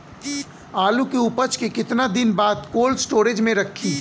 आलू के उपज के कितना दिन बाद कोल्ड स्टोरेज मे रखी?